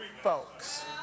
folks